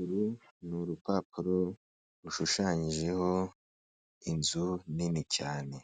Uru ni urupapuro rushushanyijeho inzu nini cyane